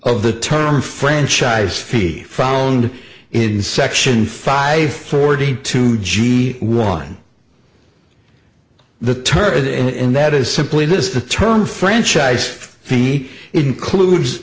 of the term franchise fee found in section five forty two g one the target and that is simply this the term franchise fee includes